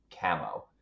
Camo